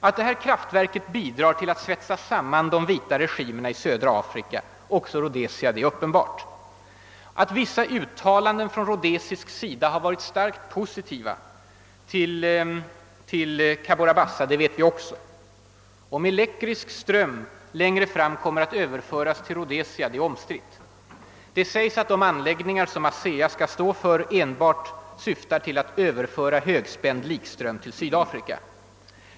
Att detta kraftverk bidrar till att svetsa samman de via regimerna i södra Afrika och även den rhodesiska är uppenbart. Att vissa uttalanden från Rhodesia varit starkt positiva till Cabora Bassa-projektet vet vi också. Om elektrisk ström längre fram kommer att överföras till Rhodesia är omstritt. Det sägs att de anläggningar ASEA skall stå för enbart avser att överföra högspänd likström till Sydafrika.